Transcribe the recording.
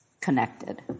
connected